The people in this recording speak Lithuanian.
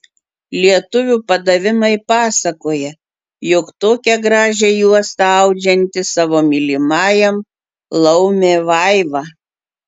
lietuvių padavimai pasakoja jog tokią gražią juostą audžianti savo mylimajam laumė vaiva